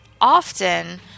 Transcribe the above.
Often